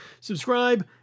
subscribe